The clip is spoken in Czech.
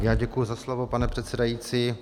Já děkuji za slovo, pane předsedající.